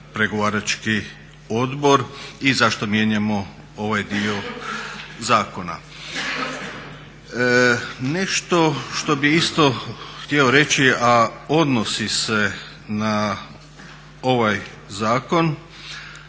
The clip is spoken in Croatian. pregovarački odbor i zašto mijenjamo ovaj dio zakona. Nešto što bih isto htio reći, a odnosi se na ovaj zakon,